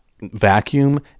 vacuum